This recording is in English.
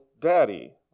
daddy